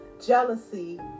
Jealousy